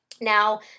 Now